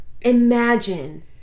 imagine